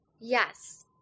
Yes